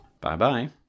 Bye-bye